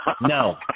No